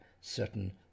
certain